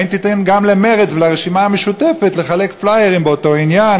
האם תיתן גם למרצ ולרשימה המשותפת לחלק פליירים באותו עניין,